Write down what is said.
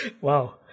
wow